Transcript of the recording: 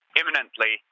imminently